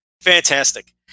fantastic